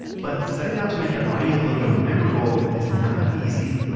but setting out to make an audio logo memorable is not easy.